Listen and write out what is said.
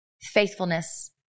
faithfulness